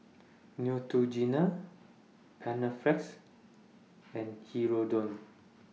Neutrogena Panaflex and Hirudoid